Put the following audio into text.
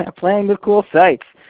ah playing with cool sites!